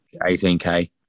18k